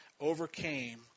overcame